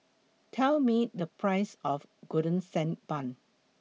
Tell Me The Price of Golden Sand Bun